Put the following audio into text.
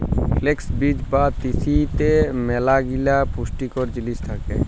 flakes বীজ বা তিসিতে ম্যালাগিলা পুষ্টিকর জিলিস থ্যাকে